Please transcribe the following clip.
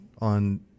on